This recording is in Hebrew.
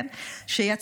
כן.